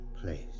place